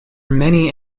many